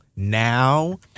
now